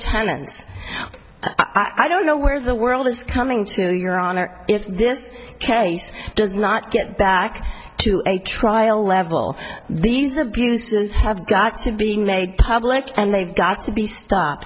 tens i don't know where the world is coming to your honor if this case does not get back to a trial level these abuses have got to being made public and they've got to be stopped